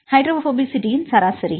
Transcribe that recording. மாணவர் ஹைட்ரோபோபசிட்டியின் சராசரி